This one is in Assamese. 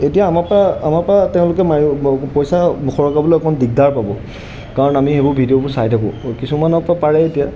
এতিয়া আমাৰ পা আমাৰ পা তেওঁলোকে মাৰি পইচা সৰকাবলৈ অকণ দিগদাৰ পাব কাৰণ আমি সেইবোৰ ভিডিঅ'বোৰ চাই থাকোঁ কিছুমানৰ পৰা পাৰে এতিয়া